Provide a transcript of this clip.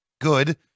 good